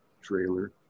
trailer